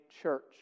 church